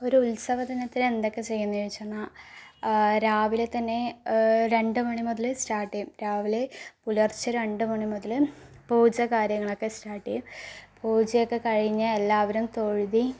ഒരു ഉത്സവദിനത്തിന് എന്തൊക്കെ ചെയ്യുന്നേ ചോദിച്ച് വന്നാൽ രാവിലെ തന്നെ രണ്ടു മണി മുതല് സ്റ്റാർട്ട് ചെയ്യും രാവിലെ പുലർച്ചെ രണ്ടു മണി മുതല് പൂജ കാര്യങ്ങളൊക്കെ സ്റ്റാർട്ട് ചെയ്യും പൂജയൊക്കെ കഴിഞ്ഞ് എല്ലാവരും തൊഴുത്